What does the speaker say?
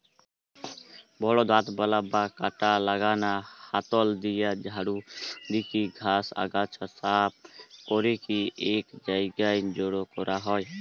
বড় দাঁতবালা বা কাঁটা লাগানা হাতল দিয়া ঝাড়ু দিকি ঘাস, আগাছা সাফ করিকি এক জায়গায় জড়ো করা হয়